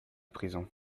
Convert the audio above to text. prison